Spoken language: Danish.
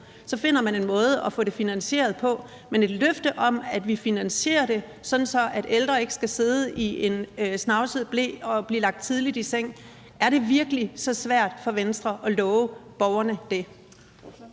Så finder man en måde at få finansieret det på. Det handler om at give et løfte om, at vi finansierer det, sådan at ældre ikke skal sidde i en snavset ble og blive lagt tidligt i seng. Er det virkelig så svært for Venstre at love borgerne det?